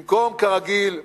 במקום, כרגיל,